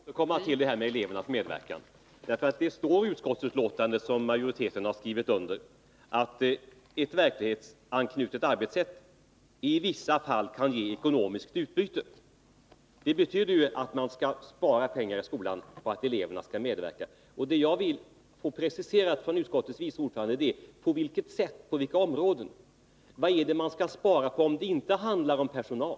Fru talman! Jag ber att få återkomma till detta med elevernas medverkan. Det står nämligen i utskottsbetänkandet som majoriteten har skrivit under att ett verklighetsanknutet arbetssätt i vissa fall kan ge ekonomiskt utbyte. Det betyder att man skall spara pengar i skolan på att eleverna skall medverka. Jag vill av utskottets vice ordförande få preciserat på vilket sätt och på vilka områden vi skall spara, om det inte handlar om personal.